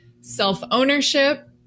self-ownership